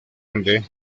ende